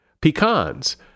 Pecans